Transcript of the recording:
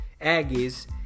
Aggies